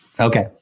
Okay